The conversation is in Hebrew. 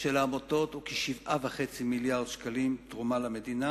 של העמותות הוא כ-7.5 מיליארדי שקלים תרומה למדינה,